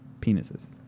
penises